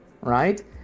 right